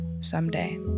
someday